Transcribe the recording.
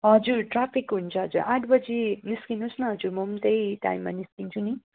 हजुर ट्राफिक हुन्छ आठ बजी निस्किनुहोस् न हजुर म पनि त्यही टाइममा निस्किन्छु नि